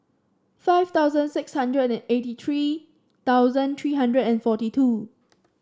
five thousand six hundred and eighty three thousand three hundred and forty two